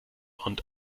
und